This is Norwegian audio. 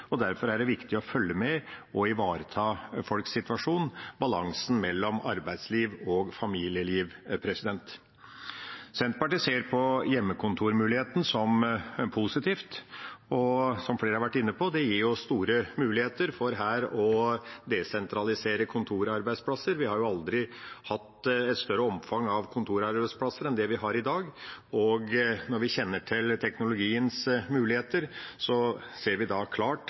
Derfor er det viktig å følge med og ivareta folks situasjon – balansen mellom arbeidsliv og familieliv. Senterpartiet ser på hjemmekontormuligheten som positiv og, som flere har vært inne på, det gir store muligheter for her å desentralisere kontorarbeidsplasser. Vi har aldri hatt et større omfang av kontorarbeidsplasser enn det vi har i dag, og når vi kjenner til teknologiens muligheter, ser vi klart